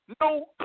No